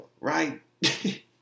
right